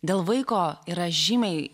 dėl vaiko yra žymiai